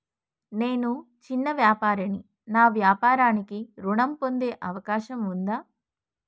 నేను చిన్న వ్యాపారిని నా వ్యాపారానికి ఋణం పొందే అవకాశం ఉందా?